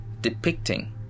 depicting